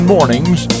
Mornings